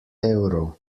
evrov